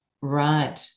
Right